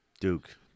Duke